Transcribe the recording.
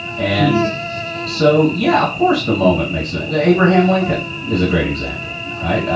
and so, yeah, of course, the moment makes sense that abraham lincoln is a great example. right.